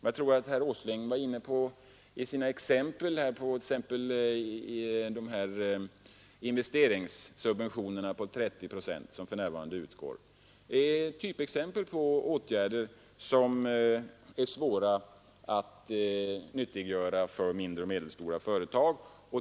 Jag tror att herr Åsling var inne på detta i sina exempel på investeringssubventionerna, som för närvarande utgår med 30 procent. Detta är ett typexempel på åtgärder som är svåra att nyttiggöra för mindre och medelstora företag.